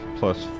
plus